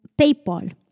PayPal